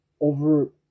over